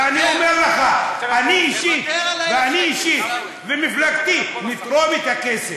ואני אומר לך, אני אישית ומפלגתי נתרום את הכסף.